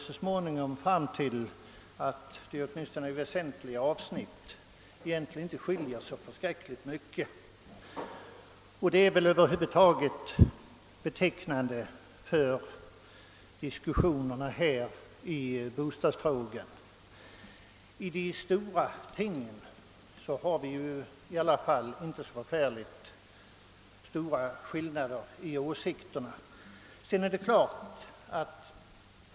Så småningom märkte man emellertid att de i väsentliga avsnitt egentligen inte skiljer sig så oerhört mycket åt. Det är väl över lag betecknande för diskussionerna i bostadsfrågan; i de stora tingen har vi inte så särskilt stora skillnader I åsikt.